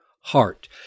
heart